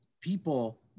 people